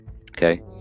Okay